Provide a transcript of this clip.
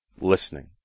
listening